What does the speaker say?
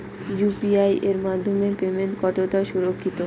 UPI এর মাধ্যমে payment কতটা সুরক্ষিত?